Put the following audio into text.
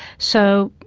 so,